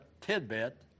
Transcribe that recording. tidbit